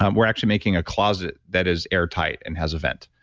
um we're actually making a closet that is airtight and has a vent.